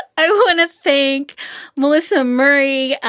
oh, and a fake melissa murray.